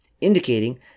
indicating